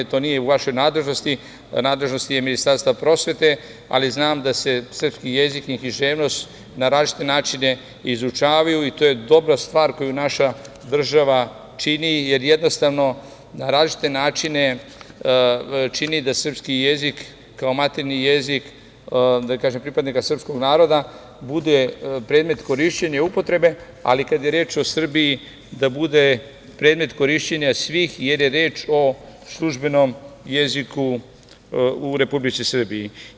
To nije u vašoj nadležnosti, nadležnost je Ministarstva prosvete, ali znam da se srpski jezik i književnost na različite načine izučavaju i to je dobra stvar koju naša država čini, jer jednostavno na različite načine čini da srpski jezik kao maternji jezik, pripadnika srpskog naroda bude predmet korišćenja i upotrebe, ali kada je reč o Srbiji da bude predmet korišćenja svih, jer je reč o službenom jeziku u Republici Srbiji.